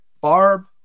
Barb